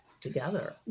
together